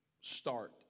start